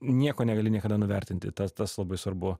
nieko negali niekada nuvertinti ta tas labai svarbu